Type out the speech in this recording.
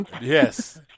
Yes